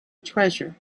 treasure